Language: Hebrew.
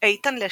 איתן לשם,